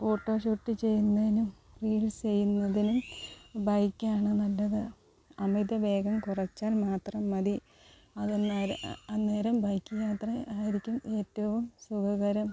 photo shoot ചെയ്യുന്നതിനും റീൽസ് ചെയ്യുന്നതിനും ബൈക്ക് ആണ് നല്ലത് അമിത വേഗം കുറച്ചാൽ മാത്രം മതി അത് അന്നേരം ബൈക്കിൽ യാത്ര ആയിരിക്കും ഏറ്റവും സുഖകരം